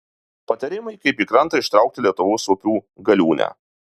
patarimai kaip į krantą ištraukti lietuvos upių galiūnę